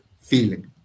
feeling